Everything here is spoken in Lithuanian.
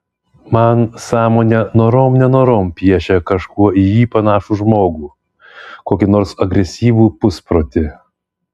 man sąmonė norom nenorom piešia kažkuo į jį panašų žmogų kokį nors agresyvų pusprotį